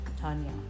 Tanya